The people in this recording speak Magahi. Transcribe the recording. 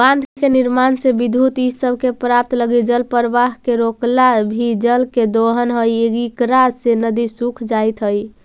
बाँध के निर्माण से विद्युत इ सब के प्राप्त लगी जलप्रवाह के रोकला भी जल के दोहन हई इकरा से नदि सूख जाइत हई